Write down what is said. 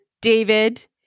David